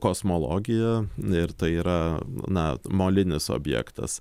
kosmologiją ir tai yra na molinis objektas